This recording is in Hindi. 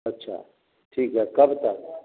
अच्छा ठीक है कब तक